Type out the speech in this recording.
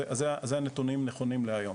אז אלו הנתונים הנכונים להיום.